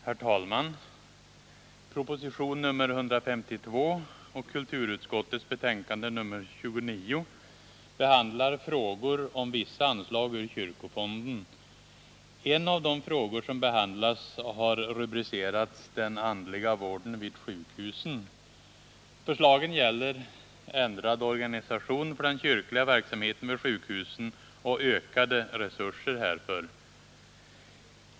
Herr talman! Proposition nr 152 och kulturutskottets betänkande nr 29 behandlar frågor om vissa anslag ur kyrkofonden. En av de frågor som behandlas har rubricerats Den andliga vården vid sjukhusen. Förslagen gäller ändrad organisation för den kyrkliga verksamheten vid sjukhusen och ökade resurser härför.